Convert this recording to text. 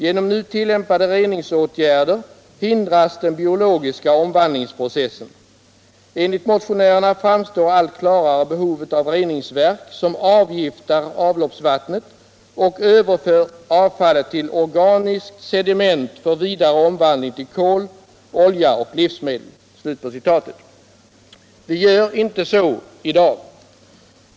Genom nu tillämpade reningsåtgärder hindras den biologiska omvandlingsprocessen. Enligt motionärerna framstår allt klarare behovet av reningsverk som avgiftar avloppsvattnet och överför avfallet till organiskt sediment för vidare omvandling till kol, olja och livsmedel.” Vi gör inte så i dag!